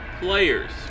players